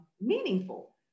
meaningful